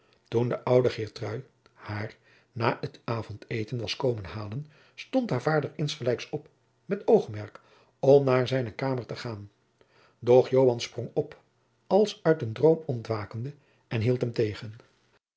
toen de oude geertrui haar na het avondeten was komen halen stond haar vader insgelijks op met oogmerk om naar zijne kamer te gaan doch joan sprong op als uit een droom ontwakende en hield hem tegen